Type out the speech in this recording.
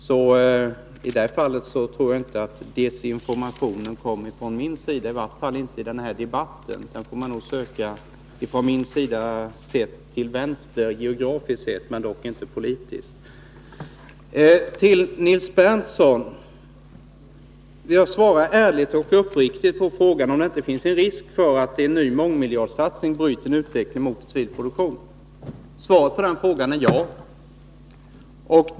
Så i det här fallet kommer inte desinformationen från mig, i varje fall inte i den här debatten, utan man får nog söka till vänster om mig geografiskt, dock inte politiskt. Till Nils Berndtson: Jag vill svara ärligt och uppriktigt på frågan om det inte finns risk för att en ny mångmiljardsatsning bryter en utveckling mot civil produktion. Svaret på den frågan är ja.